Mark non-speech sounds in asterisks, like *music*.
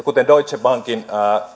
*unintelligible* kuten deutsche bankin